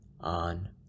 on